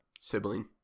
sibling